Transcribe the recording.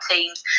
Teams